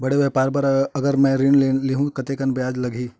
बड़े व्यापार बर अगर मैं ऋण ले हू त कतेकन ब्याज लगही?